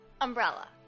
Umbrella